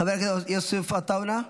חבר הכנסת יוסף עטאונה,